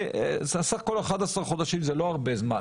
11 חודשים זה לא הרבה זמן